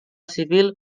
civil